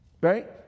right